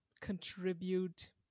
contribute